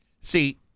See